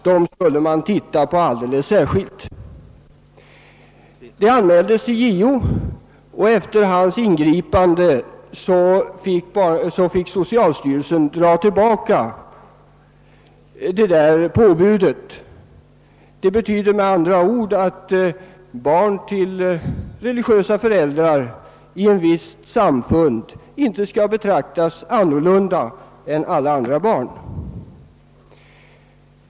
Detta anmäldes för JO, och efter dennes ingripande fick socialstyrelsen återkalla sitt påbud. Barn till föräldrar tillhörande viss religiöst samfund skall alltså inte betraktas på annat sätt än alla andra barn.